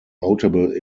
notable